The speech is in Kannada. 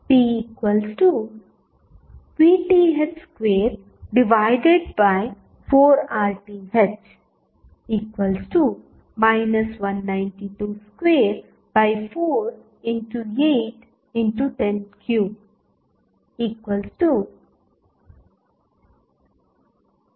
p VTh24RTh 19224 8 103 1